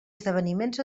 esdeveniments